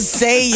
say